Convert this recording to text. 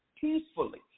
peacefully